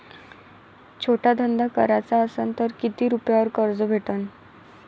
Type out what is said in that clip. छोटा धंदा कराचा असन तर किती रुप्यावर कर्ज भेटन?